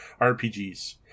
RPGs